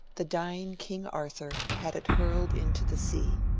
the dying king arthur had it hurled into the sea.